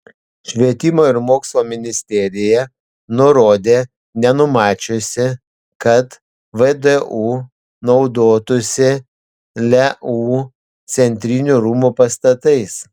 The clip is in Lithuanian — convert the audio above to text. švietimo ir mokslo ministerija nurodė nenumačiusi kad vdu naudotųsi leu centrinių rūmų pastatais